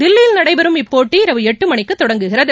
தில்லியில் நடைபெறும் இப்போட்டி இரவு எட்டு மணிக்கு தொடங்குகிறது